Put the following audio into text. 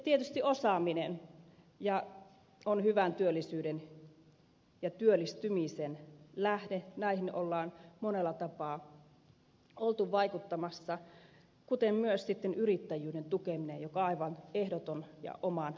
tietysti osaaminen on hyvän työllisyyden ja työllistymisen lähde näihin on monella tapaa oltu vaikuttamassa kuten myös yrittäjyyden tukeminen joka on aivan ehdoton ja oman lukunsa vaativa alue